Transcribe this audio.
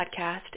podcast